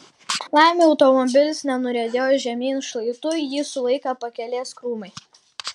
laimei automobilis nenuriedėjo žemyn šlaitu jį sulaikė pakelės krūmai